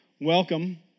welcome